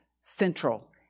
central